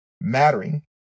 mattering